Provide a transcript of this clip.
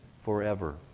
forever